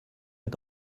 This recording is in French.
est